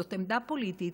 זאת עמדה פוליטית,